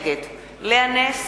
נגד לאה נס,